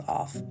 off